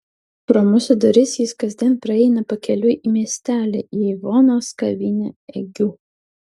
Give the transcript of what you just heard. pro mūsų duris jis kasdien praeina pakeliui į miestelį į ivonos kavinę egiu